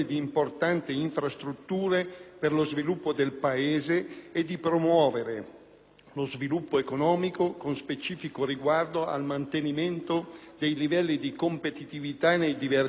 Il decreto-legge è strutturato in tre articoli. L'articolo 1 si occupa